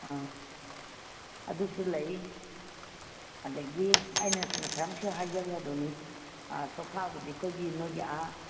ꯑꯪ ꯑꯗꯨꯁꯨ ꯂꯩ ꯑꯗꯒꯤ ꯑꯩꯅ ꯉꯁꯥꯏꯃꯨꯛꯁꯨ ꯍꯥꯏꯖꯒ꯭ꯔꯗꯨꯅꯤ ꯁꯣꯐꯥꯕꯨꯗꯤ ꯑꯩꯈꯣꯏꯒꯤ ꯅꯣꯏꯒꯤ ꯑꯥ